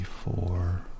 four